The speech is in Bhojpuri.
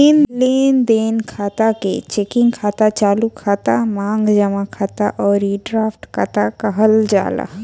लेनदेन खाता के चेकिंग खाता, चालू खाता, मांग जमा खाता अउरी ड्राफ्ट खाता कहल जाला